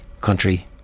Country